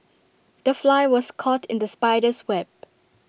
the fly was caught in the spider's web